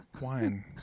wine